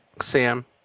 Sam